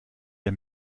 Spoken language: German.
der